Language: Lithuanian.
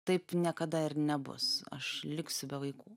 taip niekada ir nebus aš liksiu be vaikų